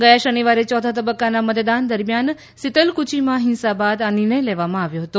ગયા શનિવારે યોથા તબક્કાના મતદાન દરમિયાન સીતલકુયીમાં હિસા બાદ આ નિર્ણય લેવામાં આવ્યો હતો